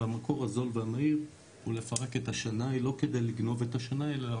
והמקור הזול והמהיר הוא לפרק את השנאי לא כדי לגנוב את השנאי אלא